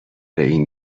این